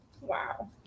Wow